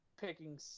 picking